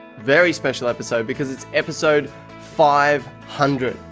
very special episode because it's episode five hundred.